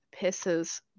pisses